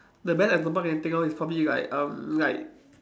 the best example I can think of is probably like um like